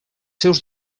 seus